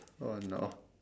oh no